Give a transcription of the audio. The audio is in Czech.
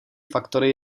faktory